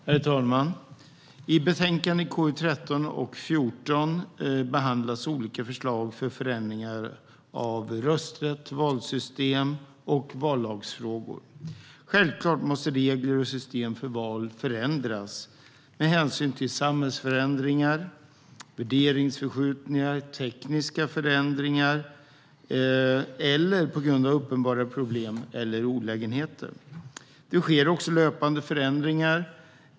Herr talman! I betänkandena KU13 och KU14 behandlas olika förslag om förändringar av rösträtt och valsystem samt vallagsfrågor. Självklart måste regler och system för val förändras med hänsyn till samhällsförändringar, värderingsförskjutningar och tekniska förändringar eller på grund av uppenbara problem eller olägenheter. Det sker också löpande förändringar.